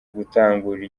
gutangura